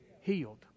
Healed